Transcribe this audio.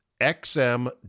XM